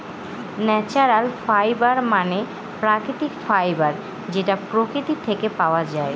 natural fibre মানে প্রাকৃতিক fibre যেটা প্রকৃতি থেকে পাওয়া যায়